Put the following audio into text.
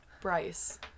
Bryce